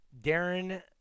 Darren